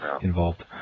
involved